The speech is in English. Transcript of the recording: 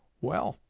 well,